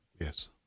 yes